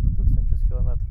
du tūkstančius kilometrų